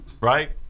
Right